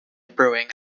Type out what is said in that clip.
brewing